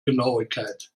genauigkeit